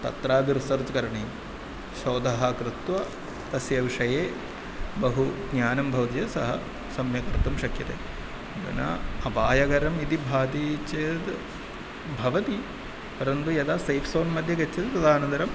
तत्र रिसर्च् करणीयं शोधः कृत्वा तस्य विषये बहु ज्ञानं भवति चेत् सः सम्यक् कर्तुं शक्यते जनाः अपायकरम् इति भाति चेद् भवति परन्तु यदा सेफ़् ज़ोन् मध्ये गच्छति तदनन्तरं